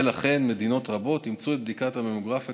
ולכן מדינות רבות אימצו את בדיקת הממוגרפיה